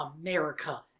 America